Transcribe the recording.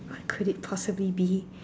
what could it possibly be